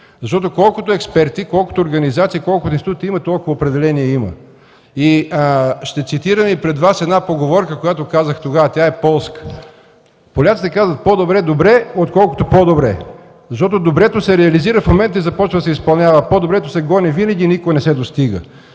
години. Колкото експерти, колкото организации, колкото и институти има – толкова и определения има. И ще цитирам и пред Вас една поговорка, която казах тогава, тя е полска. Поляците казват: „По-добре „добре”, отколкото „по-добре”. Защото „добре”-то се реализира в момента и започва да се изпълнява, а „по-добре”-то се гони винаги и никога не се достига.